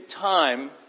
time